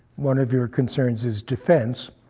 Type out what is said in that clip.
one of your concerns is defense.